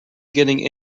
getting